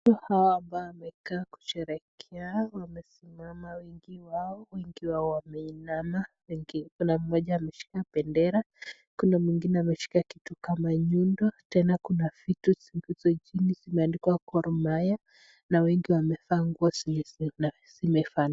Watu hao ambao wemekaa kusherekea wamesimama wengi wao wakiwa wameinama, kuna moja ameshika bendera kuna mwingine ameshika kitu kama nyundo, tena vitu ziko chini zimeandikwa golmahia, na wengi wamevaa nguo zenye zina fanana.